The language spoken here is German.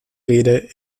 rede